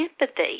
empathy